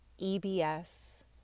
EBS